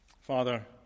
Father